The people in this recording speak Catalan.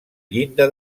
llinda